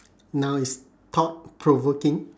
now is thought-provoking